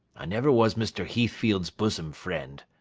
i never was mr. heathfield's bosom friend.